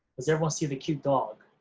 does everyone see the cute dog?